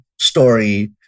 story